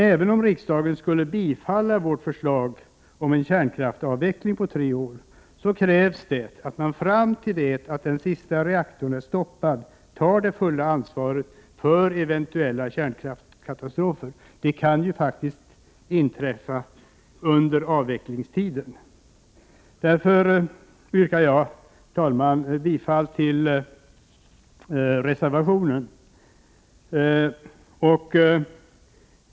Även om riksdagen skulle bifalla vårt förslag om en kärnkraftsavveckling på tre år, krävs det att man fram till dess att den sista reaktorn är stoppad tar det fulla ansvaret för eventuella kärnkraftskatastrofer. Sådana kan ju faktiskt inträffa under avvecklingstiden. Herr talman! Med det anförda yrkar jag bifall till reservationen.